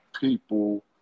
people